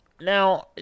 Now